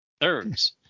thirds